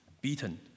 beaten